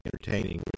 entertaining